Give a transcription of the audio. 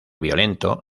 violento